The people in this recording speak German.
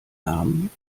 namen